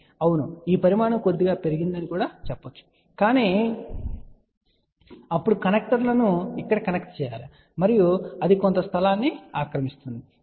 అవును ఈ పరిమాణం కొద్దిగా పెరిగిందని మీరు చెప్పవచ్చు కాని అప్పుడు కనెక్టర్లను ఇక్కడ కనెక్ట్ చేయాలి మరియు అది కొంత స్థలాన్ని ఆక్రమిస్తుంది సరే